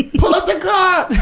pull up the car!